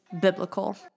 biblical